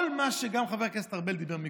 כל מה שחבר הכנסת ארבל אמר קודם,